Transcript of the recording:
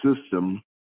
system